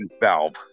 valve